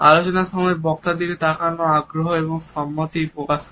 আলোচনার সময় বক্তা দিকে তাকানো আগ্রহ এবং সম্মতি প্রকাশ করে